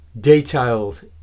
detailed